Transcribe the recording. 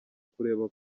kureba